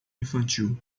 infantil